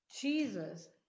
Jesus